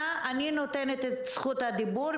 את זכות הדיבור.